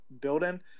building